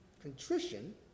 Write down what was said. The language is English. contrition